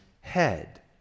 head